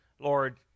Lord